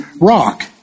rock